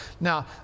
Now